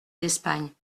d’espagne